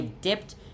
dipped